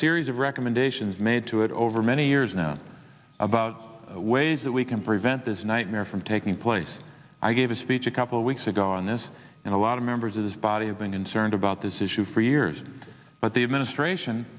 series of recommendations made to it over many years now about ways that we can prevent this nightmare from taking place i gave a speech a couple of weeks ago on this and a lot of members of this body have been concerned about this issue for years but the administration